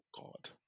God